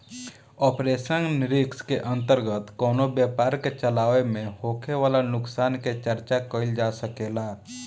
operational risk के अंतर्गत कवनो व्यपार के चलावे में होखे वाला नुकसान के चर्चा कईल जा सकेला